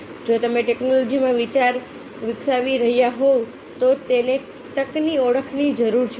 જો તમે ટેક્નોલોજીમાં વિચાર વિકસાવી રહ્યાં હોવ તો તેને તકની ઓળખની જરૂર છે